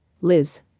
Liz